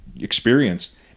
experienced